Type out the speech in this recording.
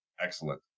excellent